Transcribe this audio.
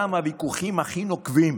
גם הוויכוחים הכי נוקבים